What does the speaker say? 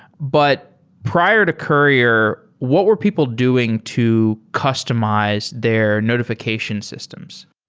but prior to courier, what were people doing to customize their notification systems?